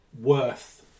worth